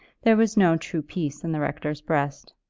there was no true peace in the rector's breast.